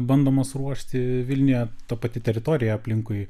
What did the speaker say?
bandomas ruošti vilniuje ta pati teritorija aplinkui